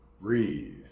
breathe